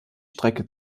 strecke